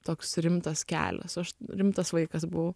toks rimtas kelias rimtas vaikas buvau